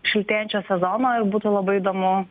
šiltėjančio sezono ir būtų labai įdomu